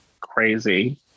Crazy